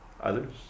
others